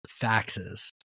faxes